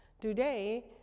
Today